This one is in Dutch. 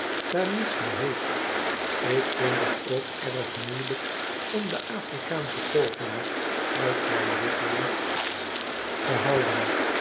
daar niets van heeft ik vind het ook erg moeielijk om den afrikaan sch en to oven aar uit mijn wigwam te houeen